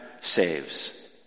saves